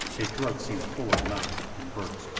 his throat seemed full of knobs and burrs.